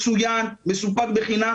המס שנדרש עליהם הוא כמה מיליוני שקלים.